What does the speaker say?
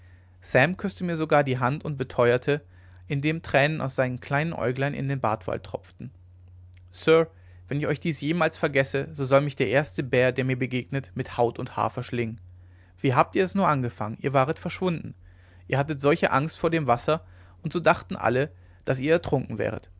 sam küßte mir sogar die hand und beteuerte indem tränen aus seinen kleinen aeuglein in den bartwald tropften sir wenn ich euch dies jemals vergesse so soll mich der erste bär der mir begegnet mit haut und haar verschlingen wie habt ihr es nur angefangen ihr waret verschwunden ihr hattet solche angst vor dem wasser und so dachten alle daß ihr ertrunken wäret